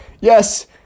yes